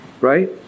right